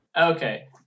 Okay